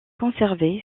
conservé